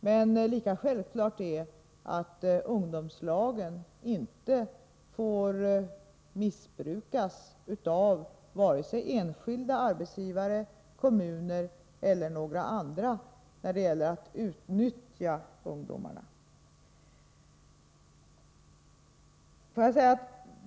Men lika självklart är att ungdomslagen inte får missbrukas av vare sig enskilda arbetsgivare, kommuner eller andra för att utnyttja ungdomarna.